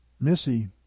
Missy